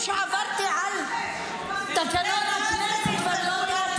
--- נטבחו ילדים --- מתייחסים לזה שעברתי על תקנון הכנסת,